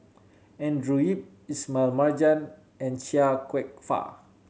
Andrew Yip Ismail Marjan and Chia Kwek Fah